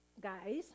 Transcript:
guys